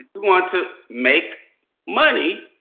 wanted to make money.